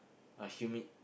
a humid